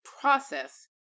process